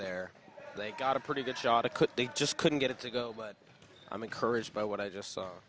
there they got a pretty good shot it could they just couldn't get it to go but i'm encouraged by what i just saw